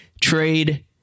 trade